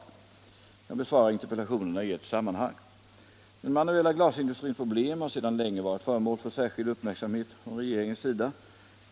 Jag besvarar interpellationerna i ett sammanhang. Den manuella glasindustrins problem har sedan länge varit föremål för särskild uppmärksamhet från regeringens sida.